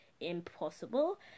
impossible